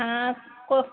हां को